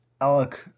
Alec